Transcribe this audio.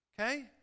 Okay